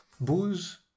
booze